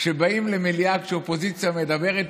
כשבאים למליאה כשאופוזיציה מדברת,